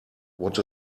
what